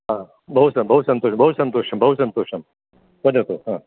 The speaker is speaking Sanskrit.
हा बहु सन् बहु सन्तोषं बहु सन्तोषं बहु सन्तोषं वदतु हा